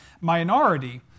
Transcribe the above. minority